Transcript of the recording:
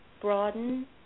broaden